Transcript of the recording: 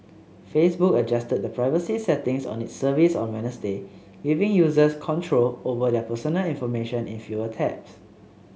Facebook adjusted the privacy settings on its service on Wednesday giving users control over their personal information in fewer taps